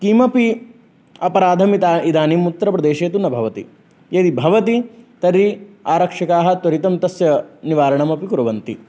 किमपि अपराधम् इदानीम् उत्तरप्रदेशे तु न भवति यदि भवति तर्हि आरक्षकाः त्वरितं तस्य निवारणमपि कुर्वन्ति